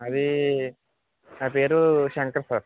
అదీ నా పేరు శంకర్ సార్